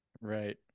Right